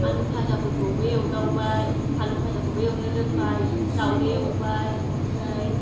आलु फाजाफोरखौबो एउदावबाय आलु फाजाखौबो एउनो रोंबाय दाउदै एउबाय ओमफ्राय